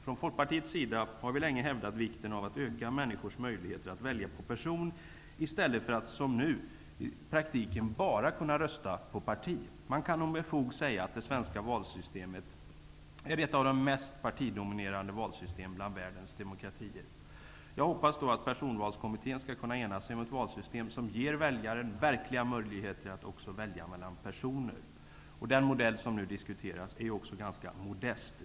Från Folkpartiets sida har vi länge hävdat vikten av att öka människors möjligheter att välja mellan olika personer -- i stället för att som nu i praktiken bara kunna rösta på ett parti. Man kan nog med fog säga att det svenska valsystemet är ett av de mest partidominerade valsystemen bland världens demokratier. Jag hoppas att Personvalskommittén skall kunna ena sig om ett valsystem, som ger väljaren verkliga möjligheter att också välja mellan personer. Den modell som nu diskuteras är ganska modest.